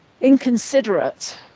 inconsiderate